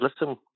Listen